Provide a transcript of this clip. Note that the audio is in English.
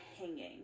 hanging